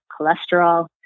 cholesterol